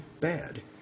bad